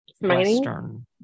Western